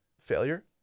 failure